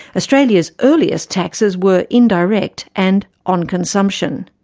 australia's earliest taxes were indirect and on consumption.